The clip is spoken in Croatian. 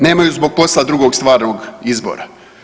Nemaju zbog posla drugog stvarnog izbora.